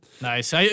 Nice